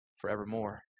forevermore